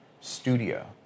studio